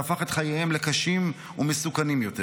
שהפך את חייהם לקשים ולמסוכנים יותר.